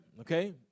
okay